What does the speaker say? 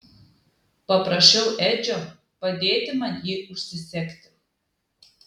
paprašiau edžio padėti man jį užsisegti